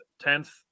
tenth